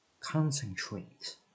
Concentrate